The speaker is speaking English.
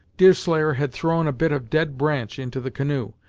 deerslayer had thrown a bit of dead branch into the canoe,